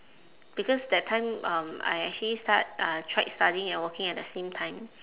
because that time um I actually start uh tried studying and working at the same time